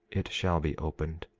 it shall be opened.